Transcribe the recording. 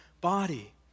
body